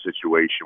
situation